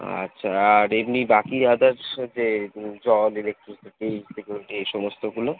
আচ্ছা আর এমনি বাকি আদার্স যে জল ইলেকট্রিসিটি সিকিউরিটি এই সমস্তগুলো